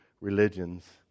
religions